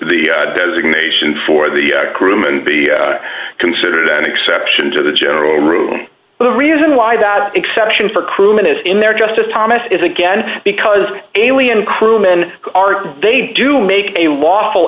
create the designation for the groom and be considered an exception to the general rule the reason why that exception for crewmen is in their justice thomas is again because alien crewmen are they do make a lawful